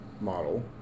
model